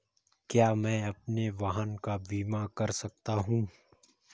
क्या मैं अपने वाहन का बीमा कर सकता हूँ?